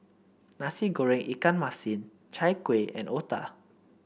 Nasi Goreng Ikan Masin Chai Kueh and otah